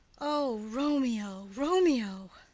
o romeo, romeo!